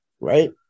Right